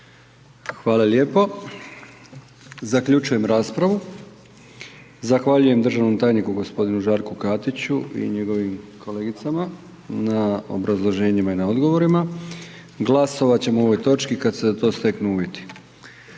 hvala lijepo. Zaključujem raspravu, zahvaljujem državnom tajniku g. žarku Katiću i njegovim kolegicama na obrazloženjima i na odgovorima. Glasovat ćemo o ovoj točki kad se za to steknu uvjeti.